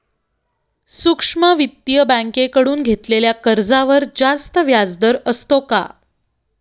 सूक्ष्म वित्तीय बँकेकडून घेतलेल्या कर्जावर जास्त व्याजदर असतो का?